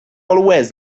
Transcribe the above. always